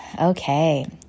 Okay